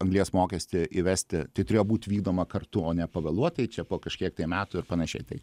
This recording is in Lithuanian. anglies mokestį įvesti tai turėjo būt vykdoma kartu o ne pavėluotai čia po kažkiek tai metų ir panašiai tai